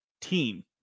team